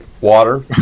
Water